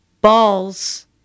balls